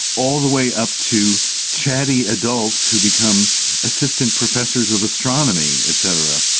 all the way up to chatty adults who become assistant professors of astronomy et cetera.